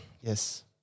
Yes